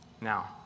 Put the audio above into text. Now